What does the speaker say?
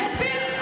אני אסביר.